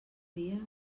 dia